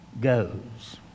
goes